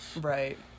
Right